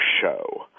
show